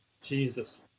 Jesus